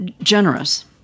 generous